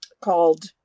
called